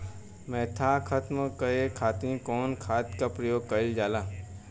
मोथा खत्म करे खातीर कउन खाद के प्रयोग कइल जाला?